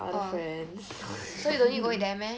orh so you don't need go with them meh